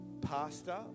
pastor